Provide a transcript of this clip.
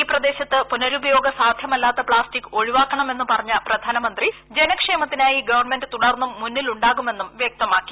ഈ പ്രദേശത്ത് പുനരുപയോഗ സാധ്യമല്ലാത്ത പ്ലാസ്റ്റിക് ഒഴിവാക്കണമെന്ന് പറഞ്ഞ പ്രധാനമന്ത്രി ജനക്ഷേമത്തിനായി ഗവൺമെന്റ് തുടർന്നും മുന്നിലുണ്ടാകുമെന്നും വൃക്തമാക്കി